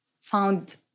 found